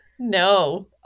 no